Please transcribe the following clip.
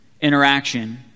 interaction